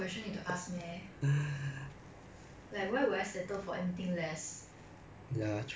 like 我还这样多钱 is not to deal with all these grievances eh it's not to like